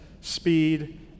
speed